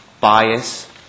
bias